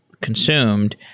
consumed